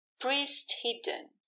priest-hidden